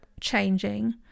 changing